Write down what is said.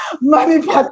money